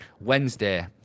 Wednesday